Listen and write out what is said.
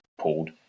pulled